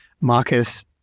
marcus